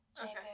Okay